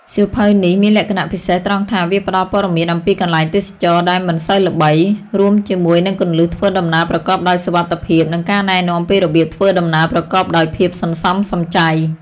សៀវភៅនេះមានលក្ខណៈពិសេសត្រង់ថា វាផ្ដល់ព័ត៌មានអំពីកន្លែងទេសចរណ៍ដែលមិនសូវល្បី រួមជាមួយនឹងគន្លឹះធ្វើដំណើរប្រកបដោយសុវត្ថិភាព និងការណែនាំពីរបៀបធ្វើដំណើរប្រកបដោយភាពសន្សំសំចៃ។